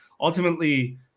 ultimately